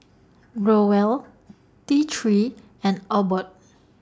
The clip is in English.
Growell T three and Abbott